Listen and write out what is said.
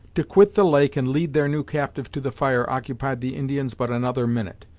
to quit the lake and lead their new captive to the fire occupied the indians but another minute.